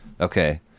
Okay